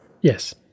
Yes